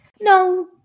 No